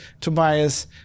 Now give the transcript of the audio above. Tobias